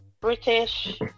British